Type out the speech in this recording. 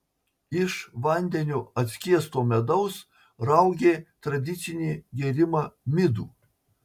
iš vandeniu atskiesto medaus raugė tradicinį gėrimą midų